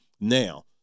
Now